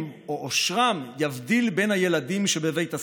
או עושרם יבדיל בין הילדים שבבית הספר.